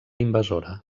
invasora